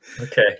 Okay